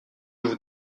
vous